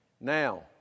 Now